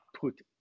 put